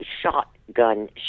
shotgun